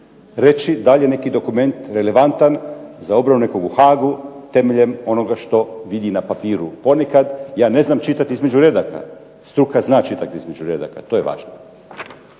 reći da li je neki dokument relevantan za obranu nekog u Haagu temeljem onoga što vidi na papiru. Ponekad ja ne znam čitati između redaka. Struka zna čitati između redaka. To je važno.